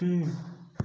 tea